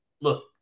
Look